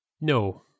No